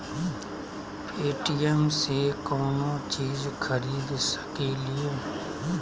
Paytm से कौनो चीज खरीद सकी लिय?